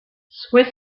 swiss